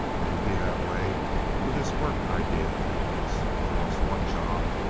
it'll be that way with this work idea of yours. you've lost one job.